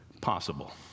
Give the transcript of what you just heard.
possible